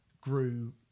grew